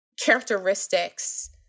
characteristics